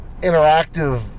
interactive